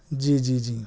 جی جی جی